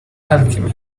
alchemy